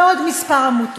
ועוד כמה עמותות.